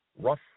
Rough